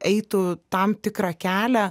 eitų tam tikrą kelią